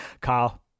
Kyle